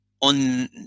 on